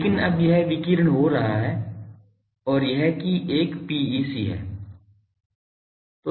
लेकिन अब यह विकीर्ण हो रहा है और यह कि एक PEC है